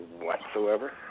whatsoever